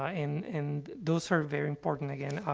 ah, and and those are very important, again,